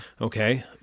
Okay